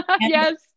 Yes